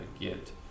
get